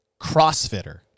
CrossFitter